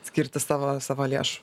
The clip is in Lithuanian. skirti savo savo lėšų